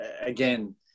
again